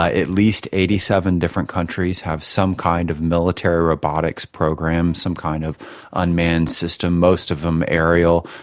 ah at least eighty seven different countries have some kind of military robotics program, some kind of unmanned system, most of them aerial,